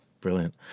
brilliant